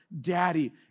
Daddy